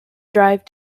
drive